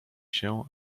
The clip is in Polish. się